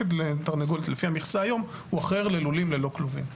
לפי המכסה הוא אחר ללולים ללא כלובים.